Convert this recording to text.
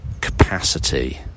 capacity